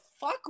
Fuck